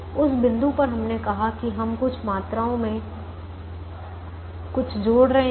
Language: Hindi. उस बिंदु पर हमने कहा कि हम कुछ मात्राओं में कुछ जोड़ रहे हैं